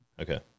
Okay